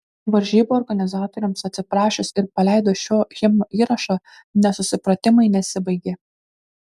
varžybų organizatoriams atsiprašius ir paleidus šio himno įrašą nesusipratimai nesibaigė